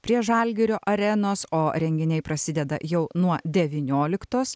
prie žalgirio arenos o renginiai prasideda jau nuo devynioliktos